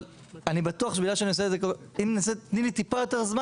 אבל אני בטוח אם תתני לי טיפה יותר זמן